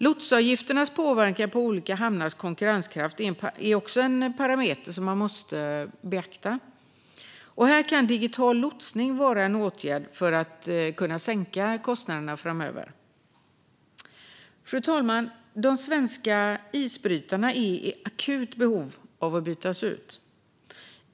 Lotsavgifternas påverkan på olika hamnars konkurrenskraft är också en parameter som man måste beakta. Här kan digital lotsning vara en åtgärd för att kunna sänka kostnaderna framöver. Fru talman! De svenska isbrytarna är i akut behov av att bytas ut.